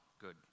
Good